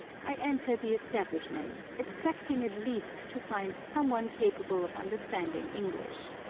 i enter the establishment, expecting at least to find some one capable of understanding english.